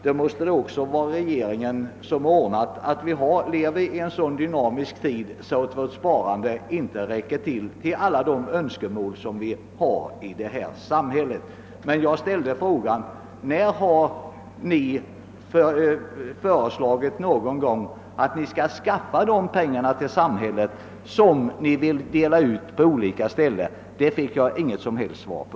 Det måste då också vara regeringen som ligger bakom den dynamiska utveckling som medfört att vårt sparande inte räcker till för de önskemål som vi har i vårt samhälle. Men jag ställde frågan: När har ni framlagt förslag om hur man skall anskaffa de pengar som ni vill dela ut på olika håll i samhället? Den frågan har jag inte fått något svar på.